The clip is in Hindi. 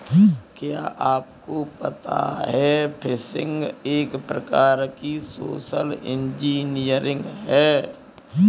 क्या आपको पता है फ़िशिंग एक प्रकार की सोशल इंजीनियरिंग है?